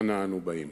אנה אנו באים?